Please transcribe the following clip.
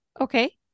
Okay